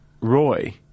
Roy